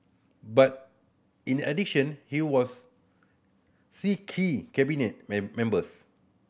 but in addition he was see key Cabinet members